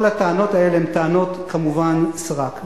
כל הטענות הן טענות, כמובן, סרק.